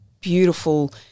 beautiful